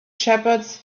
shepherds